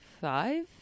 five